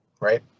right